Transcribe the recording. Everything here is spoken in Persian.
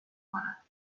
کنم